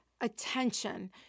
attention